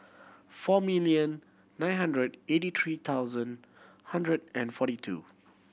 four million nine hundred eighty three thousand hundred and forty two